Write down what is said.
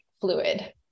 fluid